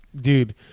Dude